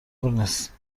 نیست